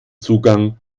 zugang